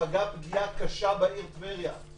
שפגעה פגיעה קשה בעיר טבריה.